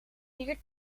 vier